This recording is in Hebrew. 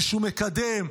מישהו מקדם.